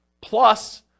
plus